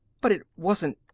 but it wasn't.